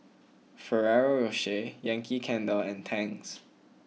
Ferrero Rocher Yankee Candle and Tangs